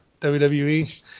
WWE